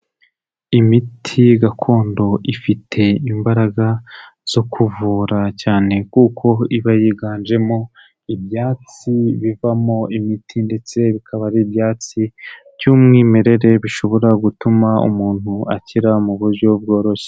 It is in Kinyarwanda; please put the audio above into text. Imiti gakondo ifite imbaraga zo kuvura cyane kuko iba yiganjemo ibyatsi bivamo imiti ndetse bikaba ari ibyatsi by'umwimerere bishobora gutuma umuntu akira mu buryo bworoshye.